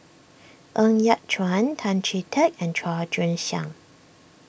Ng Yat Chuan Tan Chee Teck and Chua Joon Siang